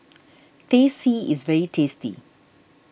Teh C is very tasty